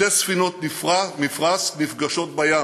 שתי ספינות מפרש נפגשות בים,